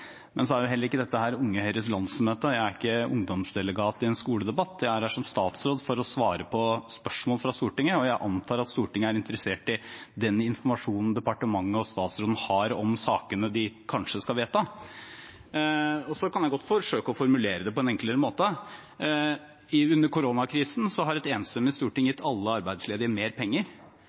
Men så er dette heller ikke Unge Høyres landsmøte. Jeg er ikke ungdomsdelegat i en skoledebatt. Jeg er her som statsråd for å svare på spørsmål fra Stortinget, og jeg antar at Stortinget er interessert i den informasjonen departementet og statsråden har om sakene de kanskje skal vedta. Jeg kan godt forsøke å formulere det på en enklere måte. Under koronakrisen har et enstemmig storting gitt alle arbeidsledige mer penger.